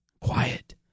quiet